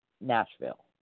Nashville